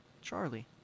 Charlie